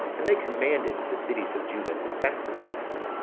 and they commanded the cities of juda to sacrifice.